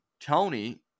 Tony